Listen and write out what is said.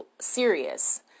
serious